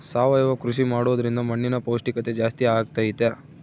ಸಾವಯವ ಕೃಷಿ ಮಾಡೋದ್ರಿಂದ ಮಣ್ಣಿನ ಪೌಷ್ಠಿಕತೆ ಜಾಸ್ತಿ ಆಗ್ತೈತಾ?